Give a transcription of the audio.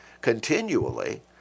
continually